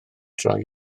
droi